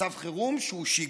מצב חירום שהוא שגרה.